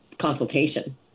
consultation